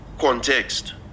context